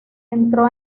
entró